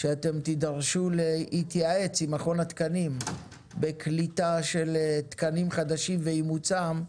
שאתם תידרשו להתייעץ עם מכון התקנים בקליטה של תקנים חדשים ואימוצם.